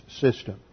system